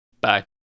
Bye